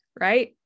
right